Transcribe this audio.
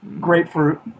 Grapefruit